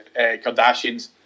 Kardashians